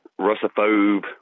Russophobe